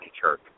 Church